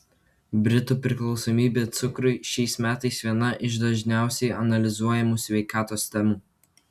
britų priklausomybė cukrui šiais metais viena iš dažniausiai analizuojamų sveikatos temų